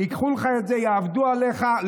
ייקחו לך את זה, יעבדו עליך.